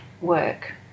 work